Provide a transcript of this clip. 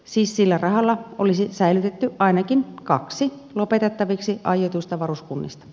siis sillä rahalla olisi säilytetty ainakin kaksi lopetettaviksi aiotuista varuskunnista